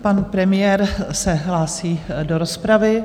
Pan premiér se hlásí do rozpravy.